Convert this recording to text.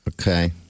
Okay